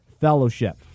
fellowship